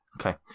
Okay